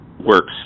works